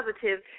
positive